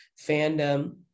Fandom